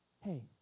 hey